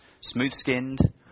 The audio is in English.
smooth-skinned